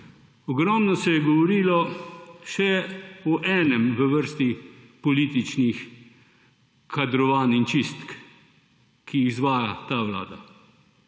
Ogromno se je govorilo še o enem v vrsti političnih kadrovanj in čistk, ki jih izvaja ta vlada.